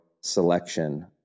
selection